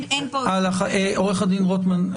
עורך הדין רויטמן.